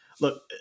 Look